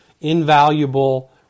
invaluable